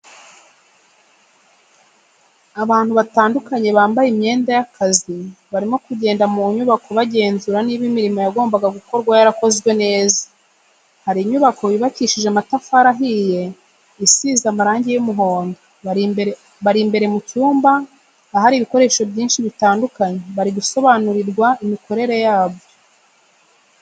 Abantu batandukanye bambaye imyenda y'akazi barimo kugenda mu nyubako bagenzura niba imirimo yagombaga gukorwa yarakozwe neza, hari inyubako yubakishije amatafari ahiye isize amarangi y'umuhondo, bari imbere mu cyumba ahari ibikoresho byinshi bitandukanye bari gusobanurirwa imikorere yabyo.